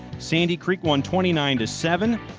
sandy creek won twenty nine seven.